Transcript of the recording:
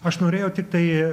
aš norėjau tiktai